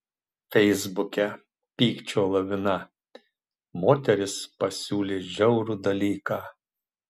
feisbuke pykčio lavina moteris pasiūlė žiaurų dalyką